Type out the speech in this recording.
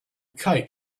kite